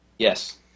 Yes